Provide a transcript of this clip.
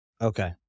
Okay